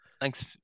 Thanks